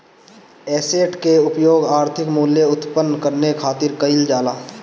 asset कअ उपयोग आर्थिक मूल्य उत्पन्न करे खातिर कईल जाला